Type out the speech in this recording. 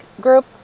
group